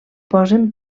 posen